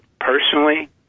personally